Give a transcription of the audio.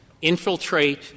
infiltrate